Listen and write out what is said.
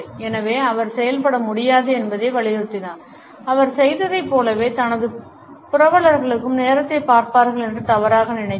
எனவே அவர் செயல்பட முடியாது என்பதை வலியுறுத்தினார் அவர் செய்ததைப் போலவே தனது புரவலர்களும் நேரத்தைப் பார்ப்பார்கள் என்று தவறாக நினைத்தார்